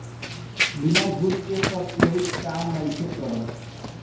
बिना घूस के तअ केहू काम नइखे करत